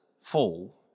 fall